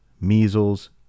measles